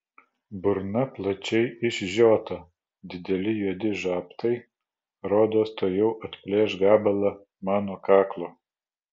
burna plačiai išžiota dideli juodi žabtai rodos tuojau atplėš gabalą mano kaklo